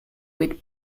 with